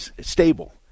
Stable